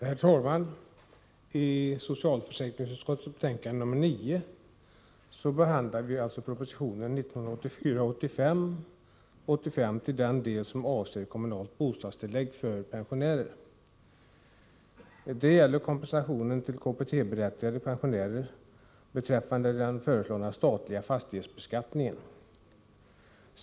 Herr talman! I socialförsäkringsutskottets betänkande nr 9 behandlas proposition 1984/85:85, till den del som avser kommunalt bostadstillägg för pensionärer. Det gäller kompensationen till KBT-berättigade pensionärer beträffande den föreslagna statliga fastighetsbeskattningen.